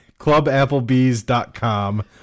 ClubAppleBees.com